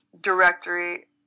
directory